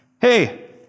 hey